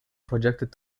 projected